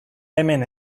hemen